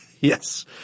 Yes